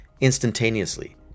instantaneously